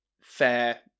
fair